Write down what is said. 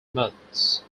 months